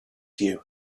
you